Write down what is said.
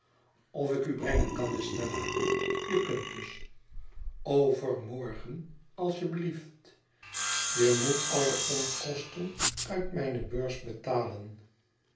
of ik u brengen kan estella je kunt dus overmorgen als je blieft je moet alle onkosten uit mij ne beurs betalen